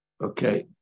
Okay